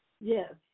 Yes